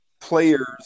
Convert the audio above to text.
players